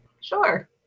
Sure